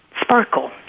Sparkle